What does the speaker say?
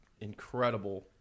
incredible